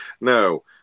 No